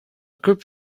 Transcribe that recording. group